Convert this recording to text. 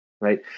right